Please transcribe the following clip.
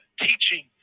teaching